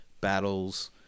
battles